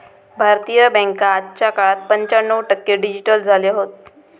भारतीय बॅन्का आजच्या काळात पंच्याण्णव टक्के डिजिटल झाले हत